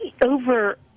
over